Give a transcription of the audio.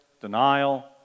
denial